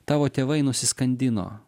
tavo tėvai nusiskandino